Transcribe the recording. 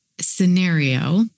scenario